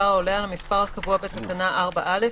העולה על המספר הקבוע בתקנה 4(א),